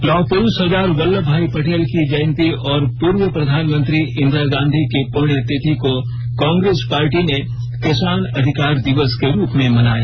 लौह प्रूष सरदार वल्लभ भाई पटेल की जयंती और पूर्व प्रधानमंत्री इंदिरा गांधी की पुण्यतिथि को कांग्रेस पार्टी ने किसान अधिकार दिवस के रूप में मनाया